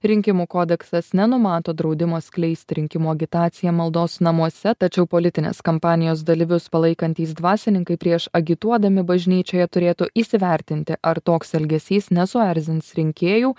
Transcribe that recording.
rinkimų kodeksas nenumato draudimo skleisti rinkimų agitaciją maldos namuose tačiau politinės kampanijos dalyvius palaikantys dvasininkai prieš agituodami bažnyčioje turėtų įsivertinti ar toks elgesys nesuerzins rinkėjų